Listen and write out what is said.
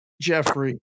Jeffrey